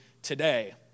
today